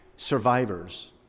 Survivors